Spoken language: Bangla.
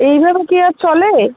এইভাবে কি আর চলে